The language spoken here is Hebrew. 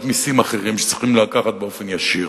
מסים אחרים שצריכים לקחת באופן ישיר.